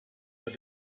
that